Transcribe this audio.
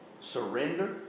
Surrender